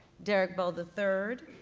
derrick bell the third,